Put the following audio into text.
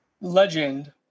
legend